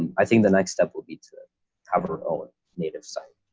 and i think the next step will be to ah have her own native site.